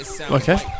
Okay